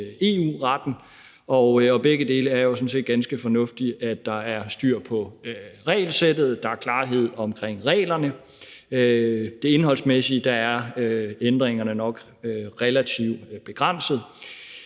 og begge dele er jo sådan set ganske fornuftige, altså at der er styr på regelsættet, og at der er klarhed omkring reglerne. I forhold til det indholdsmæssige er ændringerne nok relativt begrænsede.